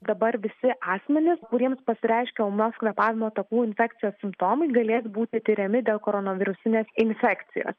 dabar visi asmenys kuriems pasireiškia ūmios kvėpavimo takų infekcijos simptomai galės būti tiriami dėl koronavirusinės infekcijos